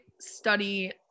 study